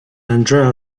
andrea